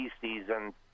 season